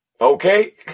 Okay